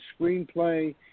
screenplay